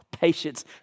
Patience